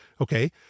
Okay